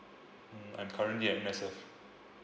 mm I'm current an N_S_F